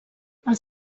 els